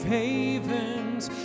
havens